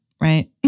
Right